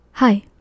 Hi